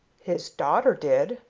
his daughter did,